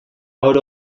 oro